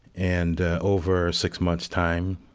and over six months' time.